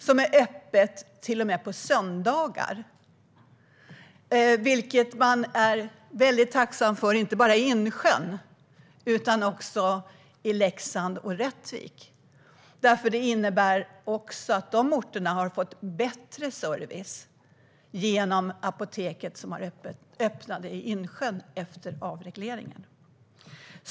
Det är till och med öppet på söndagar, vilket man är tacksam för inte bara i Insjön utan i Leksand och Rättvik eftersom det innebär att också dessa orter har fått bättre service genom detta apotek.